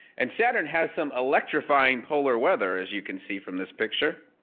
and saturn has some electrifying polar weather as you can see from this picture.